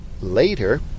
later